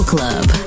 Club